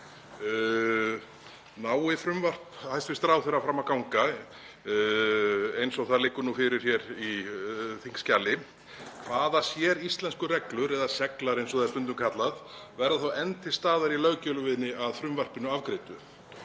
Nái frumvarp hæstv. ráðherra fram að ganga eins og það liggur fyrir í þingskjali, hvaða séríslensku reglur eða seglar, eins og það er stundum kallað, verða enn til staðar í löggjöfinni að frumvarpinu afgreiddu?